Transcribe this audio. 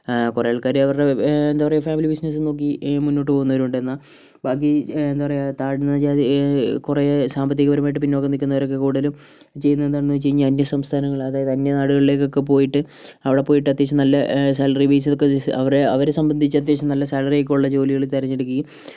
കുറെ ആൾക്കാര് അവരുടെ എന്താ പറയുക ഫാമിലി ബിസിനസും നോക്കി മുന്നോട്ടു പോകുന്നവരുണ്ട് എന്നാൽ ബാക്കി എന്താ പറയുക താഴ്ന്ന ജാതി കുറെ സാമ്പത്തികപരമായിട്ട് പിന്നോക്കം നിൽക്കുന്നവരൊക്കെ കൂടുതലായും ചെയ്യുന്നതെന്താണെന്ന് വെച്ചുകഴിഞ്ഞാൽ അന്യസംസ്ഥാനങ്ങള് അതായത് അന്യനാടുകളിൽ ഒക്കെ പോയിട്ട് അവിടെ പോയിട്ട് അത്യാവിശ്യം നല്ല സാലറി ബേസിൽ ഒക്കെ അവരെ അവരെ സംബന്ധിച്ച അത്യാവിശ്യം നല്ല സാലറി ഒക്കെ ഉള്ള ജോലികൾ തിരഞ്ഞെടുക്കുകയും